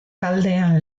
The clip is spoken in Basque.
taldean